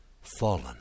Fallen